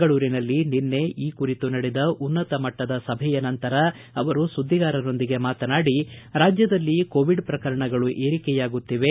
ಬೆಂಗಳೂರಿನಲ್ಲಿ ನಿನ್ನೆ ಈ ಕುರಿತು ನಡೆದ ಉನ್ನತ ಮಟ್ಟದ ಸಭೆಯ ನಂತರ ಅವರು ಸುದ್ದಿಗಾರರೊಂದಿಗೆ ಮಾತನಾಡಿ ರಾಜ್ಯದಲ್ಲಿ ಕೋವಿಡ್ ಪ್ರಕರಣಗಳು ಏರಿಕೆಯಾಗುತ್ತಿವೆ